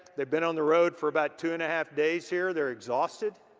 they've been on the road for about two and a half days here. they're exhausted.